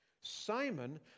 Simon